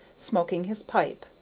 smoking his pipe,